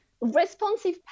Responsive